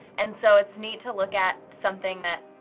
and so, it's neat to look at something that,